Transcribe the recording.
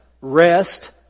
rest